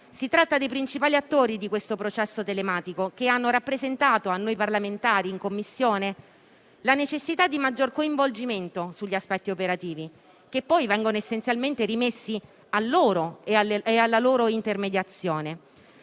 Si tratta dei principali attori di questo processo telematico, che hanno rappresentato a noi parlamentari, in Commissione, la necessità di maggiore coinvolgimento sugli aspetti operativi, che poi vengono essenzialmente rimessi a loro e alla loro intermediazione.